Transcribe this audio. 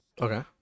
okay